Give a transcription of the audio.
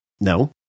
No